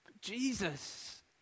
Jesus